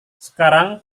sekarang